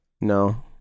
No